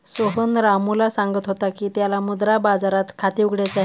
सोहन रामूला सांगत होता की त्याला मुद्रा बाजारात खाते उघडायचे आहे